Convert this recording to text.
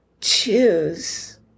choose